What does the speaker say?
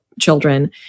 children